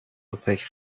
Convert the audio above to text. اوپک